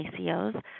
ACOs